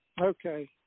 Okay